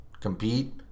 compete